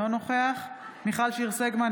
אינו נוכח מיכל שיר סגמן,